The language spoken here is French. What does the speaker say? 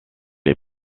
est